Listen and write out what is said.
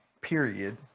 period